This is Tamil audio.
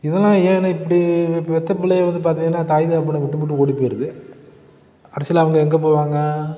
இதெல்லாம் ஏன் இப்படி பெத்த பிள்ளையே வந்து பார்த்தீங்கன்னா தாய் தகப்பனை விட்டுப்புட்டு ஓடி போயிடுது கடைசியில் அவங்க எங்கே போவாங்க